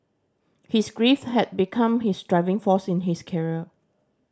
his grief had become his driving force in his career